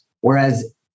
whereas